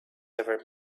ever